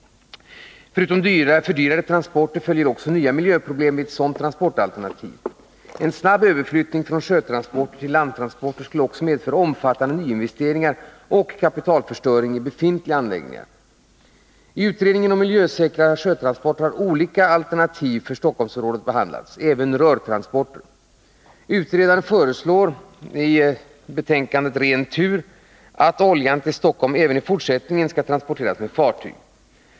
Förutom fördyrade transporter följer också nya miljöproblem vid ett sådant transportalternativ. En snabb överflyttning från sjötransporter till landtransporter skulle också medföra omfattande nyinvesteringar och kapitalförstöring i befintliga anläggningar. I utredningen om miljösäkra sjötransporter har olika transportalternativ för Stockholmsområdet behandlats — även rörtransporter. Utredaren föreslår i sitt betänkande Ren tur att oljan till Stockholm även fortsättningsvis transporteras med fartyg.